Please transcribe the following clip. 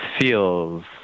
feels